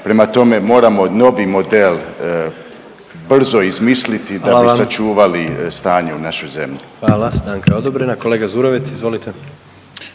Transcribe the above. Prema tome, moramo novi model brzo izmisliti da bi sačuvali stanje u našoj zemlji. **Jandroković, Gordan (HDZ)** Hvala. Stanka je odobrena. Kolega Zurovec, izvolite.